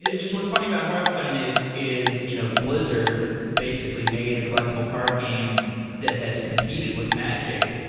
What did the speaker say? yeah just what's funny about hearthstone is is you know blizzard basically made a collectible card game that has competed with magic,